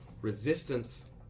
resistance